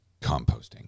composting